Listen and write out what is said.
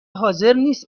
حاضرنیست